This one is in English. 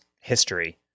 history